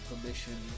permission